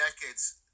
decades